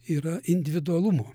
yra individualumo